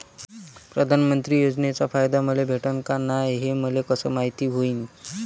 प्रधानमंत्री योजनेचा फायदा मले भेटनं का नाय, हे मले कस मायती होईन?